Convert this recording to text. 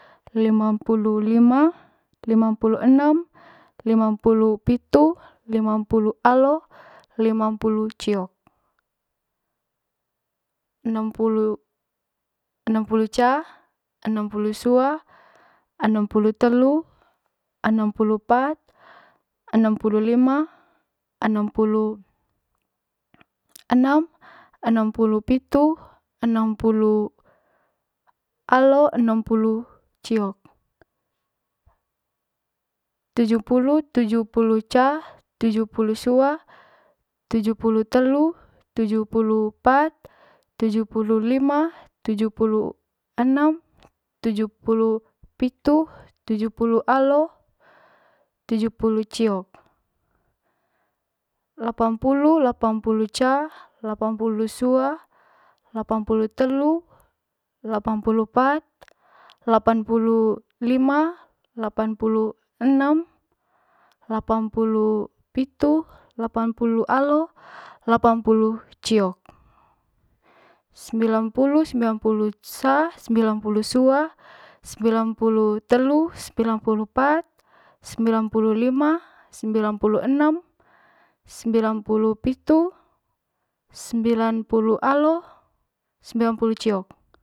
Limampulu lima limampulu enem limampulu pitu limampulu alo limampulu ciok enempulu enempulu ca enempulu sua enempulu telu enempulu pat enempulu lima enempulu enem enempulu pitu enempulu alo enempulu ciok tujupulu tujupulu ca tujupulu sua tujupulu telu tujupulu pat tujupulu lima tujupulu enem tujupulu pitu tujupulu alo tujupulu ciok lapanpulu lapanpulu ca lapanpulu sua lapanpulu telu lapanpulu pat lapanpulu lima lapanpulu enem lapanpulu pitu lapanpulu alo lapanpulu ciok sembilanpulu sembilanpulu ca sembilanpulu suasembilanpulu telu sembilanpulu pat sembilanpulu lima sembilanpulu enem sembilanpulu pitu sembilanpulu alo sembilanpulu ciok.